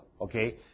Okay